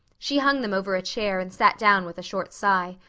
she hung them over a chair and sat down with a short sigh.